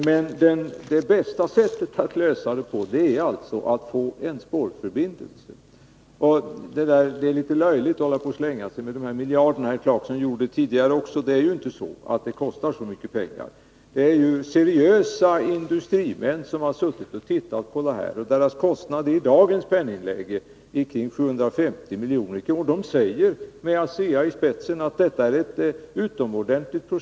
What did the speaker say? Men det bästa sättet att lösa frågan är alltså att få en spårförbindelse. Det är litet löjligt att svänga sig med miljarder på det sätt som Rolf Clarkson tidigare gjorde. Projektet kostar faktiskt inte så mycket pengar. Seriösa industrimän har suttit och tittat på det här. Deras kostnadskalkyler ligger i dagens penningläge på omkring 750 milj.kr. Dessa industrimän, med företrädare för ASEA ispetsen, säger att projektet är utomordentligt bra.